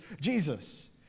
Jesus